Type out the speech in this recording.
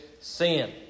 sin